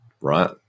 right